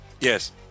Yes